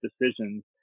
decisions